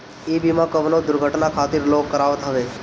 इ बीमा कवनो दुर्घटना खातिर लोग करावत हवे